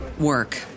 work